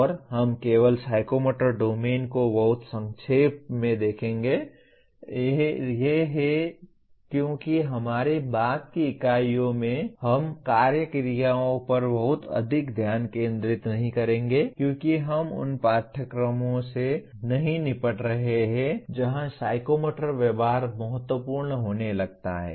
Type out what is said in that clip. और हम केवल साइकोमोटर डोमेन को बहुत संक्षेप में देख रहे हैं क्योंकि हमारी बाद की इकाइयों में हम कार्य क्रियाओं पर बहुत अधिक ध्यान केंद्रित नहीं करेंगे क्योंकि हम उन पाठ्यक्रमों से नहीं निपट रहे हैं जहां साइकोमोटर व्यवहार महत्वपूर्ण होने लगता है